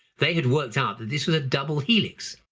they had worked out that this was a double helix.